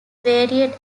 varied